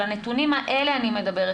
על הנתונים האלה אני מדברת,